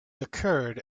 occurred